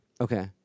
Okay